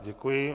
Děkuji.